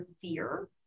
fear